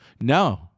No